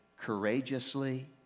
courageously